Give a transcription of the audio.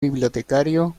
bibliotecario